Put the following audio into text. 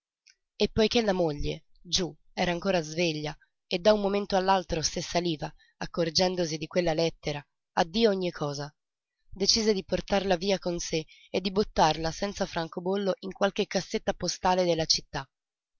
e poiché la moglie giú era ancora sveglia e da un momento all'altro se saliva accorgendosi di quella lettera addio ogni cosa decise di portarla via con sé e di buttarla senza francobollo in qualche cassetta postale della città